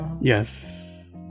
Yes